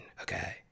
Okay